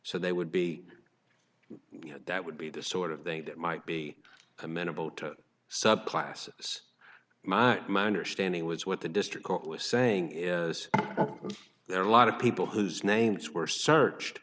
so they would be that would be the sort of thing that might be amenable to sub classes my understanding was what the district court was saying is there are a lot of people whose names were searched